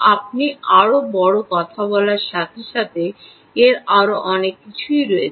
আপনি আরও বড় কথা বলার সাথে সাথে এর আরও অনেক কিছুই রয়েছে